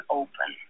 open